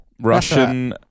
Russian